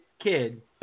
kid